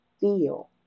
feel